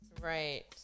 Right